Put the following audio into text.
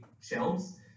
shelves